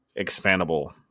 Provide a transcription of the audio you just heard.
expandable